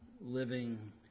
living